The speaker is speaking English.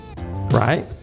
right